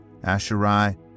Asherai